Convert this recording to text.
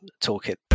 toolkit